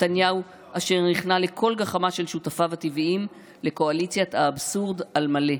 נתניהו אשר נכנע לכל גחמה של שותפיו הטבעיים לקואליציית האבסורד על מלא,